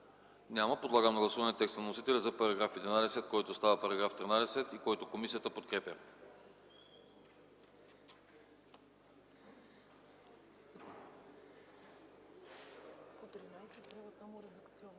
Няма. Подлагам на гласуване текста на вносителя за § 11, който става § 13 и който комисията подкрепя.